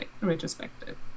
retrospective